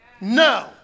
No